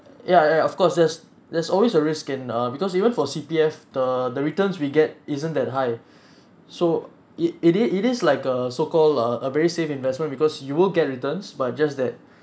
ya ya of course there's there's always a risk in err because even for C_P_F the the returns we get isn't that high so it it is it is like a so call a a very safe investment because you will get returns but just that